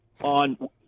on